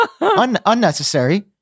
unnecessary